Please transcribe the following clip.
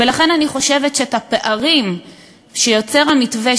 ולכן אני חושבת שאת הפערים שיוצר המתווה,